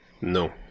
No